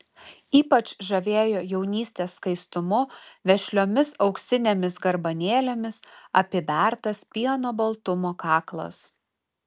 ypač žavėjo jaunystės skaistumu vešliomis auksinėmis garbanėlėmis apibertas pieno baltumo kaklas